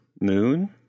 Moon